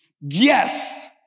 yes